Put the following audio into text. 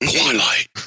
Twilight